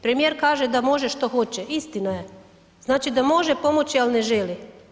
Premijer kaže da može što hoće, istina je, znači da može pomoći al ne želi.